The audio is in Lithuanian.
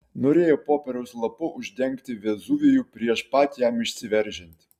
norėjo popieriaus lapu uždengti vezuvijų prieš pat jam išsiveržiant